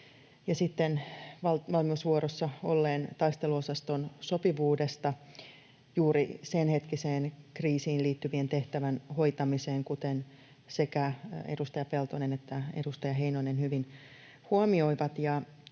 sitten valmiusvuorossa olleen taisteluosaston sopivuus juuri sen hetkiseen kriisiin liittyvien tehtävien hoitamiseen, kuten sekä edustaja Peltonen että edustaja Heinonen hyvin huomioivat.